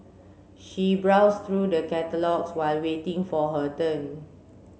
she browsed through the catalogues while waiting for her turn